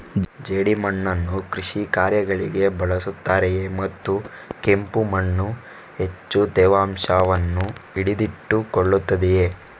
ಜೇಡಿಮಣ್ಣನ್ನು ಕೃಷಿ ಕಾರ್ಯಗಳಿಗೆ ಬಳಸುತ್ತಾರೆಯೇ ಮತ್ತು ಕೆಂಪು ಮಣ್ಣು ಹೆಚ್ಚು ತೇವಾಂಶವನ್ನು ಹಿಡಿದಿಟ್ಟುಕೊಳ್ಳುತ್ತದೆಯೇ?